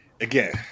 Again